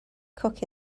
cook